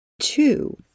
Two